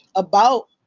about